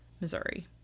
Missouri